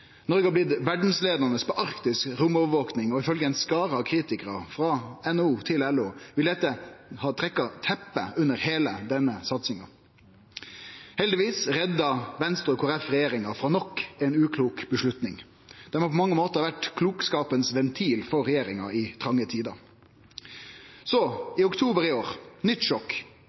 Noreg er blitt verdsleiande på arktisk romovervaking, og ifølgje ein skare av kritikarar frå NHO til LO ville dette ha trekt teppet vekk under heile denne satsinga. Heldigvis redda Venstre og Kristeleg Folkeparti regjeringa frå nok ei uklok avgjerd. Dei har på mange måtar vore klokskapen sin ventil for regjeringa i tronge tider. Så, i oktober i år, kom eit nytt sjokk.